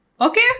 okay